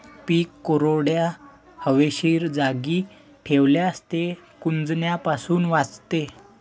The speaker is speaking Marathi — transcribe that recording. पीक कोरड्या, हवेशीर जागी ठेवल्यास ते कुजण्यापासून वाचते